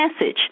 message